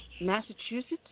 Massachusetts